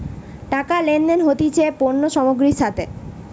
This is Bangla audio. টাকা লেনদেন হতিছে পণ্য সামগ্রীর সাথে